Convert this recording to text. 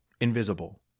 invisible